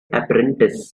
apprentice